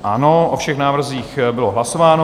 Ano, o všech návrzích bylo hlasováno.